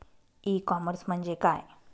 E commerce म्हणजे काय?